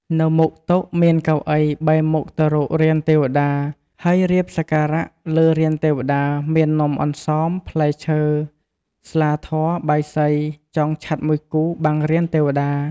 នៅមុខតុ មានកៅអីបែរមុខទៅរករានទេវតា ហើយរៀបសក្ការៈលើរានទេវតា មាននំអន្សម ផ្លែឈើ ស្លាធ័រ បាយសី ចងឆ័ត្រមួយគូបាំងរានទេវតា ។